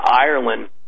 Ireland